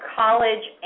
college